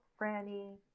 franny